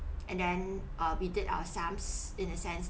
and then uh we did our sums in a sense